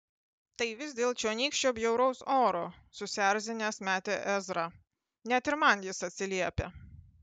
tai vis dėl čionykščio bjauraus oro susierzinęs metė ezra net ir man jis atsiliepia